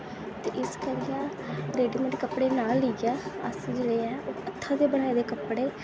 ते इस करिये रडीमेड कपड़े नां लेइयै अस जेह्ड़े ऐ हत्थें दे बनाए दे कपडे़े